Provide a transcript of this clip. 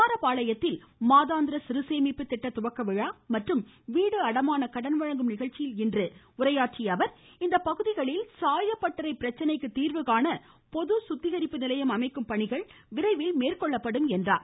குமாரபாளையத்தில் மாதாந்திர சிறுசேமிப்பு திட்ட துவக்க விழா மற்றும் வீட்டு அடமான கடன் வழங்கும் நிகழ்ச்சியில் இன்று பேசிய அவர் இப்பகுதிகளில் சாயப்பட்டரை பிரச்சனைக்கு தீர்வுகாண பொது சுத்திகரிப்பு நிலையம் அமைக்கும் பணிகள் விரைவில் மேற்கொள்ளப்படும் என்றார்